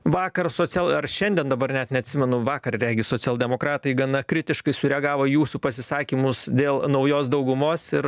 vakaras social ar šiandien dabar net neatsimenu vakar regis socialdemokratai gana kritiškai sureagavo į jūsų pasisakymus dėl naujos daugumos ir